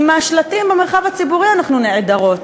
אם מהשלטים במרחב הציבורי אנחנו נעדרות,